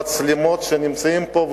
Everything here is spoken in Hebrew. במצלמות שנמצאות פה,